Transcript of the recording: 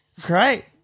Great